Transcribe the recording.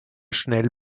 schnell